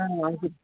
हजुर